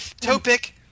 Topic